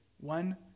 one